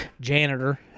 janitor